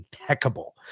impeccable